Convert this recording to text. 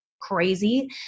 crazy